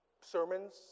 sermons